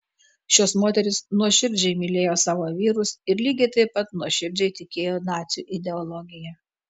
šios moterys nuoširdžiai mylėjo savo vyrus ir lygiai taip pat nuoširdžiai tikėjo nacių ideologija